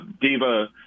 diva